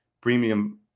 Premium